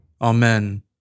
Amen